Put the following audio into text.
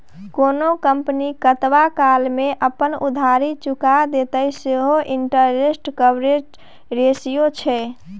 कोनो कंपनी कतबा काल मे अपन उधारी चुका देतेय सैह इंटरेस्ट कवरेज रेशियो छै